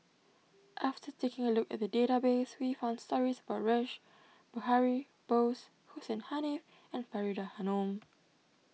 after taking a look at the database we found stories about Rash Behari Bose Hussein Haniff and Faridah Hanum